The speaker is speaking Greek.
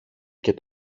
και